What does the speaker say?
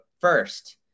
first